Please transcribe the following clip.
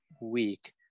week